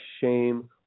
shame